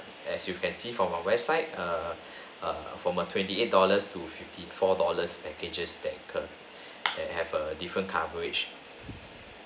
as you can see from our website err err from err twenty eight dollars to fifty four dollars packages that incur and have a different coverage